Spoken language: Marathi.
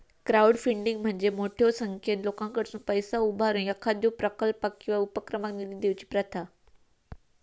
क्राउडफंडिंग म्हणजे मोठ्यो संख्येन लोकांकडसुन पैसा उभारून एखाद्यो प्रकल्पाक किंवा उपक्रमाक निधी देऊची प्रथा